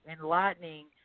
enlightening